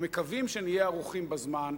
מקווים שנהיה ערוכים בזמן,